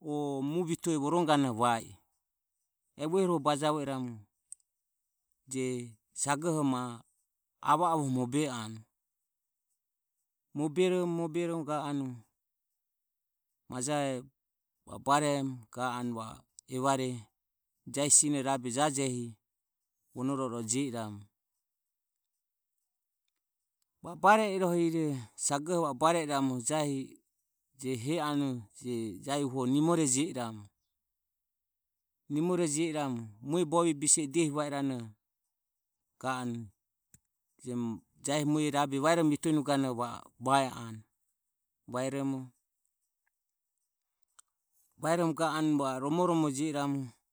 o mu vitue voronuganoho va i e vuehoro bajavo irumo je saghoho ma avo avoho mobe anue moberomo moberomo ga anue majae va o bare i ramu evare jahi sine rabe jajehi vonoro o je i ramu va o bare i rohire sagohe va o bare i ramu je he anue jahi uho nimore jio i ramu nimore jio i ramu mue bovie bise e diehi vae ranoho ga anu jahi mue rabe vitue nuganoho vae anue vaeromo vaeromo romorome jio i ramu.